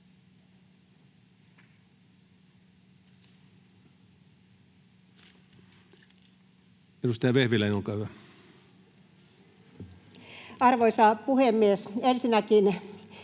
Edustaja Vehviläinen, olkaa hyvä. Arvoisa puhemies! Haluan vielä